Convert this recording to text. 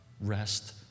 rest